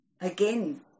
Again